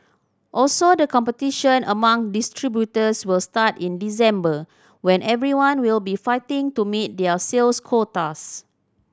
also the competition among distributors will start in December when everyone will be fighting to meet their sales quotas